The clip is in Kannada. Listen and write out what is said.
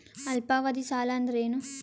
ಅಲ್ಪಾವಧಿ ಸಾಲ ಅಂದ್ರ ಏನು?